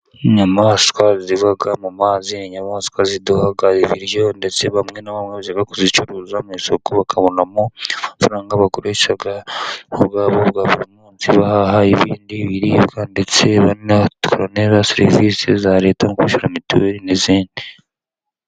Inyamaswa ziba mu mazi, n'inyamaswa ziduha ibiryo. Ndetse bamwe na bamwe, bajya kuzicuruza mu isoko bakabonamo amafaranga bakoresha ubwabo mu buzima bwa buri munsi, bahaha ibindi biribwa , ndetse banatora neza serivisi za Leta. Nko kwishyura mituweli, n'izindi.